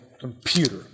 computer